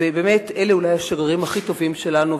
אלה השגרירים הכי טובים שלנו.